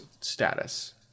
status